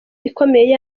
ikomeye